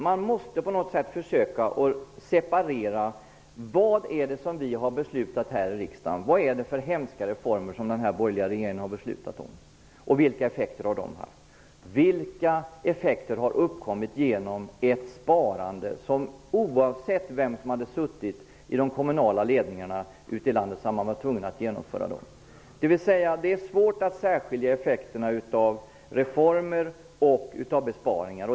Man måste på något sätt försöka separera vad vi har beslutat här i riksdagen. Vilka hemska reformer är det som den borgerliga regeringen har beslutat om? Vilka effekter har de haft? Vilka effekter har uppkommit genom ett sparande, som man har varit tvungen att genomföra, oavsett vem som sitter i de kommunala ledningarna ute i landet? Det är svårt att särskilja effekterna av reformer och av besparingar.